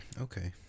Okay